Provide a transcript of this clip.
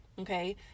okay